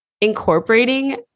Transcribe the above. incorporating